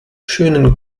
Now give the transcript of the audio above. schönen